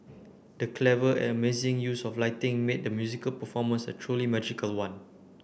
the clever and amazing use of lighting made the musical performance a truly magical one